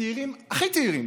הצעירים הכי צעירים,